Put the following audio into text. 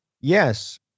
yes